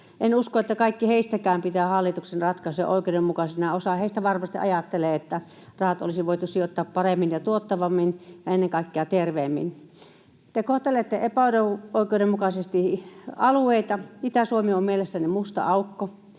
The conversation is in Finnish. En usko, että kaikki heistäkään pitävät hallituksen ratkaisuja oikeudenmukaisina. Osa heistä varmasti ajattelee, että rahat olisi voitu sijoittaa paremmin ja tuottavammin ja ennen kaikkea terveemmin. Te kohtelette epäoikeudenmukaisesti alueita. Itä-Suomi on mielestäni musta aukko: